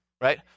right